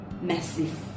massive